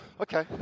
Okay